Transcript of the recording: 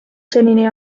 senini